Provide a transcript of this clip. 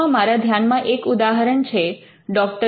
ભારતમાં મારા ધ્યાનમાં એક ઉદાહરણ છે ડૉ